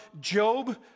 Job